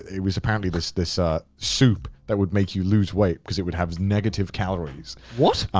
it was apparently this this ah soup that would make you lose weight. cause it would have negative calories. what?